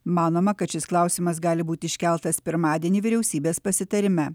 manoma kad šis klausimas gali būti iškeltas pirmadienį vyriausybės pasitarime